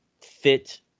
fit